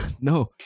no